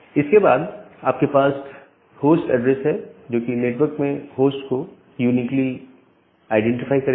इसके बाद आपके पास होस्ट एड्रेस है जो कि नेटवर्क में होस्ट को यूनीकली आईडेंटिफाई करेगा